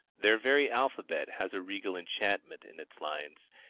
their very alphabet has a regal enchantment in its lines,